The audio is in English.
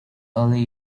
early